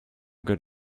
good